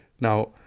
Now